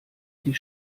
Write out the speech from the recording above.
die